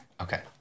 Okay